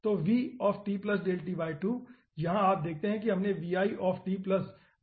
तो यहाँ आप देखते हैं कि हमने गुणा किया है